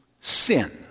sin